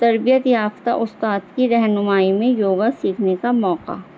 تربیت یافتہ استاد کی رہنمائی میں یوگا سیکھنے کا موقع